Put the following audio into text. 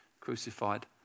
crucified